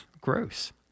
Gross